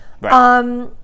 Right